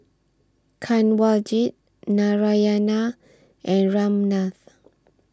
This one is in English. Kanwaljit Narayana and Ramnath